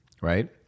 right